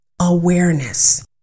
Awareness